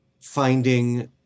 finding